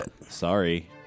Sorry